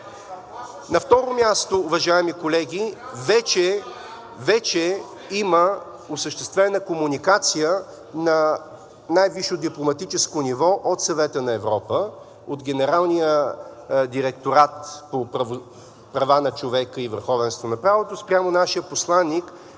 На второ място, уважаеми колеги, вече има осъществена комуникация на най-висше дипломатическо ниво от Съвета на Европа – от Генералния директорат по правата на човека и върховенството на правото, спрямо нашия посланик